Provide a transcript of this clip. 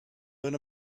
learn